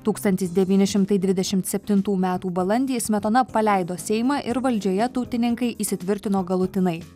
tūkstantis devyni šimtai dvidešimt septintų metų balandį smetona paleido seimą ir valdžioje tautininkai įsitvirtino galutinai